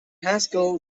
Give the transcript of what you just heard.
haskell